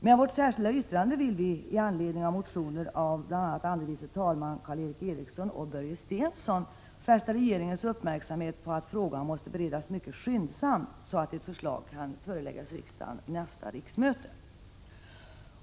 Med vårt särskilda yttrande vill vi i anledning av motioner av andre vice talmannen Karl Erik Eriksson och Börje Stensson fästa regeringens uppmärksamhet på att frågan måste beredas mycket skyndsamt, så att ett förslag kan föreläggas riksdagen innevarande riksmöte.